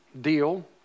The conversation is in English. deal